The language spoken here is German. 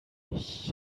ich